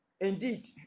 indeed